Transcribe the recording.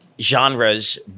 genres